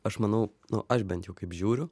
aš manau nu aš bent jau kaip žiūriu